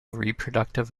reproductive